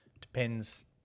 Depends